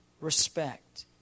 respect